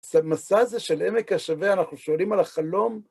המסע הזה של עמק השווה, אנחנו שואלים על החלום...